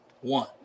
one